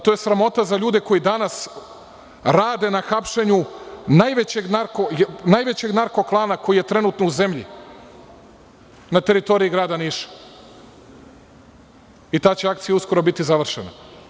To je sramota za ljude koji danas rade na hapšenju najvećeg narko klana koji je trenutno u zemlji na teritoriji Grada Niša i ta će akcija uskoro biti završena.